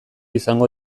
izango